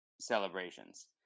celebrations